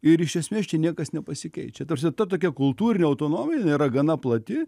ir iš esmės čia niekas nepasikeičia ta prasme ta tokia kultūrinė autonomija jin yra gana plati